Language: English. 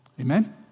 Amen